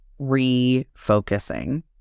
refocusing